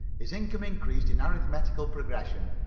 his income increased in arithmetical progression,